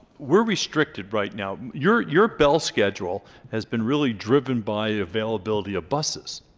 we're restricted right now your your bell schedule has been really driven by availability of buses